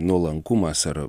nuolankumas ar